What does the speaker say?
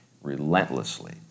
relentlessly